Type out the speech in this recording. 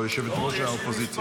או את ראש האופוזיציה.